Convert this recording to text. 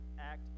act